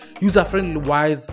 user-friendly-wise